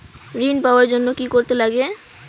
ঋণ পাওয়ার জন্য কি কি করতে লাগে?